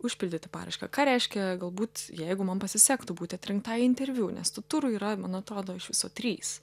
užpildyti paraišką ką reiškia galbūt jeigu man pasisektų būti atrinktai interviu nes tų turų yra man atrodo iš viso trys